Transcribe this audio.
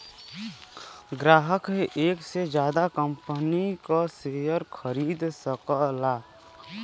ग्राहक एक से जादा कंपनी क शेयर खरीद सकला